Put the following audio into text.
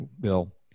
Bill